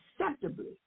Acceptably